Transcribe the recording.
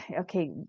okay